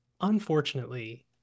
unfortunately